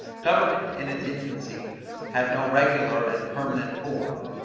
government in its infancy had no regular and permanent form.